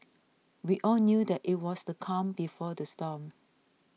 we all knew that it was the calm before the storm